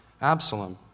Absalom